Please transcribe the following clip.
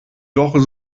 doch